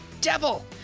Devil